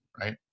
right